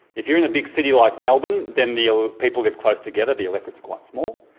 if you're in a big city like melbourne, then the ah people live close together, the electorates are quite small.